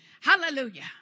Hallelujah